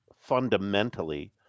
fundamentally